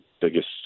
biggest